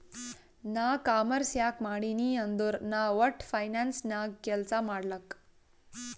ನಾ ಕಾಮರ್ಸ್ ಯಾಕ್ ಮಾಡಿನೀ ಅಂದುರ್ ನಾ ವಟ್ಟ ಫೈನಾನ್ಸ್ ನಾಗ್ ಕೆಲ್ಸಾ ಮಾಡ್ಲಕ್